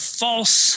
false